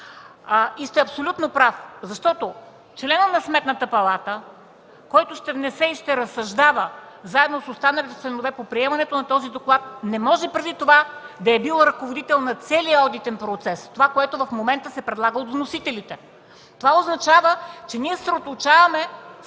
И сте абсолютно прав, защото членът на Сметната палата, който ще внесе и ще разсъждава заедно с останалите членове по приемането на този доклад, не може преди това да е бил ръководител на целия одитен процес – което в момента се предлага от вносителите. Това означава, че ние съсредоточаваме,